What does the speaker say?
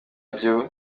by’u